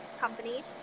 company